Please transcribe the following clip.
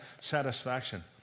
satisfaction